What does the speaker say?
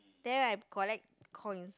then I collect coins